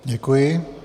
Děkuji.